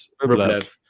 Rublev